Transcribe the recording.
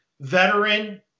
veteran